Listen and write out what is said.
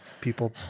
people